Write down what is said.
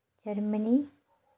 Germany